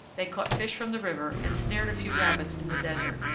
they caught fish from the river and snared a few rabbits in the desert,